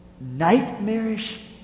Nightmarish